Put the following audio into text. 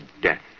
death